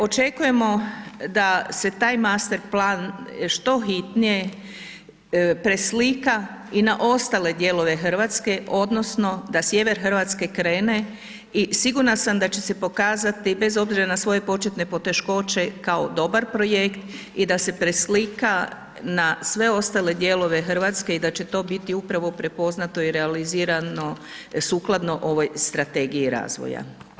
Očekujemo da se taj master plan što hitnije preslika i na ostale dijelove Hrvatske, odnosno da sjever Hrvatske krene i sigurna sam da će se pokazati, bez obzira na svoje početke poteškoće, kao dobar projekt i da se preslika na sve ostale dijelove Hrvatske i da će to biti upravo prepoznato i realizirano sukladno ovoj strategiji razvoja.